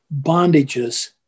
bondages